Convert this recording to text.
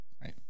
Right